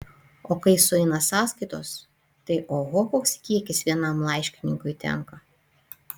o kai sueina sąskaitos tai oho koks kiekis vienam laiškininkui tenka